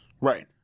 Right